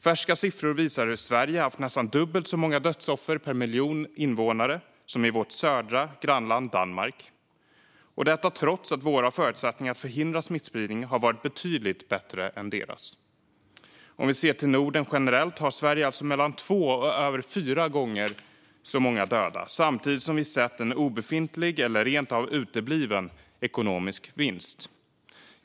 Färska siffror visar hur Sverige haft nästan dubbelt så många dödsoffer per miljon invånare som vårt södra grannland Danmark, och detta trots att våra förutsättningar att förhindra smittspridning har varit betydligt bättre än deras. Om vi ser till Norden generellt har Sverige alltså mellan två och över fyra gånger så många döda samtidigt som vi sett en obefintlig eller rent av utebliven ekonomisk vinst.